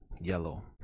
yellow